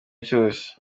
cyose